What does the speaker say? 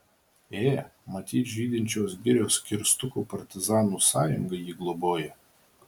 ė matyt žydinčios girios kirstukų partizanų sąjunga jį globoja